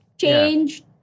Change